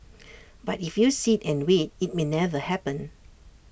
but if you sit and wait IT may never happen